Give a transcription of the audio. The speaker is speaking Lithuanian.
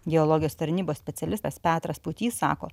geologijos tarnybos specialistas petras pūtys sako